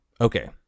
Okay